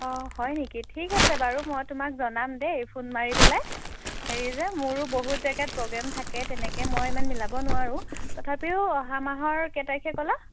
অঁ হয় নেকি ঠিক আছে বাৰু মই তোমাক জনাম দেই ফোন মাৰি পেলাই হেৰি যে মোৰো বহুত জেগাত প্ৰগ্ৰেম থাকে তেনেকৈ মই ইমান মিলাব নোৱাৰোঁ অথাপিও অহা মাহৰ কেই তাৰিখে ক'লা